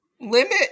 limit